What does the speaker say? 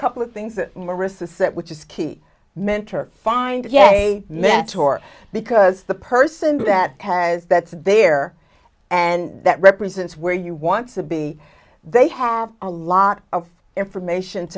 couple of things that marissa set which is key mentor find yeah a mentor because the person that has that's there and that represents where you want to be they have a lot of information